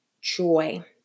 joy